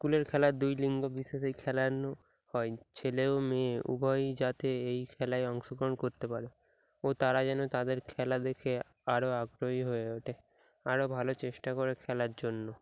স্কুলের খেলার দুই লিঙ্গ বিশেষে খেলানো হয় ছেলে ও মেয়ে উভয়ই যাতে এই খেলায় অংশগ্রহণ করতে পারে ও তারা যেন তাদের খেলা দেখে আরও আগ্রহী হয়ে ওঠে আরও ভালো চেষ্টা করে খেলার জন্য